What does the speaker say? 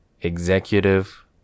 Executive